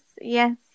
yes